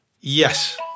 Yes